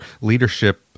leadership